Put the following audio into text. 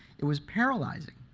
it was paralyzing.